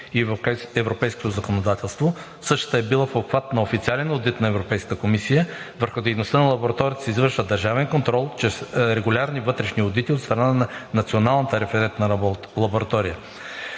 и европейското законодателство. Същата е била в обхват на официален одит на Европейската комисия. Върху дейността на лабораторията се извършва държавен контрол чрез регулярни вътрешни одити от страна на Националната